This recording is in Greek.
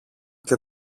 και